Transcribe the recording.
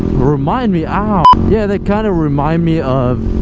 remind me ah yeah they kind of remind me of